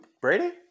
Brady